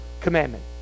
commandment